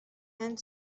and